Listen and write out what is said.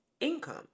income